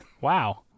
Wow